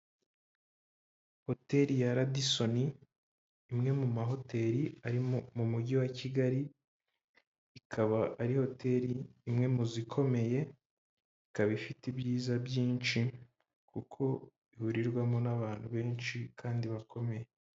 Hoteli ya Radisoni imwe mu mahoteli arimo mu mujyi wa Kigali ikaba ari hoteli imwe mu zikomeye, ikaba ifite ibyiza byinshi kuko ihurirwamo n'abantu benshi kandi bakomeye.